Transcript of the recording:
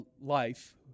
life